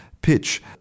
pitch